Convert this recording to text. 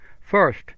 First